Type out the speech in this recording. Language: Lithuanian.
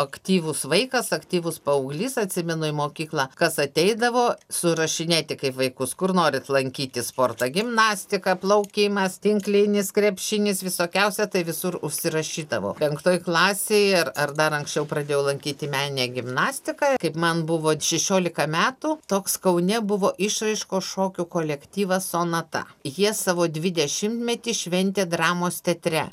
aktyvus vaikas aktyvus paauglys atsimenu mokyklą kas ateidavo surašinėti kaip vaikus kur norit lankyti sportą gimnastika plaukimas tinklinis krepšinis visokiausia tai visur užsirašydavau penktoj klasėj ar dar anksčiau pradėjau lankyti meninę gimnastiką man buvo šešiolika metų toks kaune buvo išraiškos šokių kolektyvas sonata jie savo dvidešimtmetį šventė dramos teatre